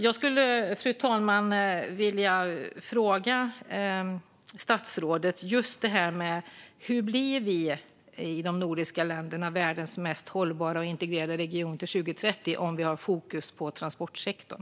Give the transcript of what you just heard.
Jag skulle vilja fråga statsrådet: Hur blir vi i de nordiska länderna världens mest hållbara och integrerade region till 2030, om vi har fokus på transportsektorn?